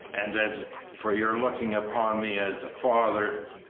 and as for your looking upon me as a father,